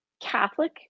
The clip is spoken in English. catholic